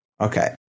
Okay